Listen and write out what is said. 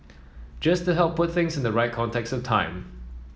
just to help put things in the right context time